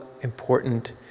important